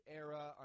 era